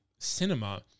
cinema